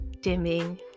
dimming